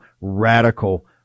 radical